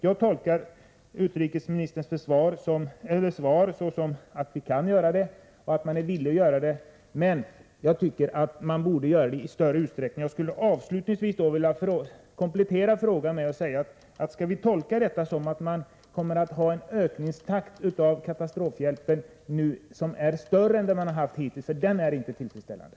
Jag tolkar utrikesministerns svar på det sättet att det går att göra detta och att man också är villig att göra detta. Det borde dock ske i större utsträckning än nu. Avslutningsvis vill jag komplettera vad som här sagts med följande fråga: Skall svaret tolkas så, att katastrofhjälpen kommer att öka i snabbare takt än som hittills skett — för ökningstakten är inte tillfredsställande?